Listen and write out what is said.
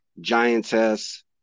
giantess